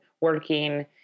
working